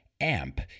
amp